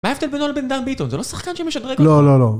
מה ההבדל בינו ובן דן ביטון? זה לא שחקן שמשדרג אותך? לא לא לא